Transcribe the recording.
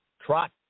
trot